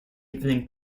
evening